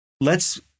let's-